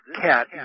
cat